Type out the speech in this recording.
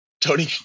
Tony